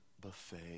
buffet